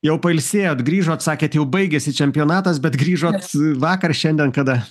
jau pailsėjot grįžot sakėt jau baigėsi čempionatas bet grįžot vakar šiandien kada